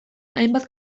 hainbat